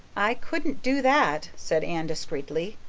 i couldn't do that, said anne discreetly,